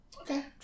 Okay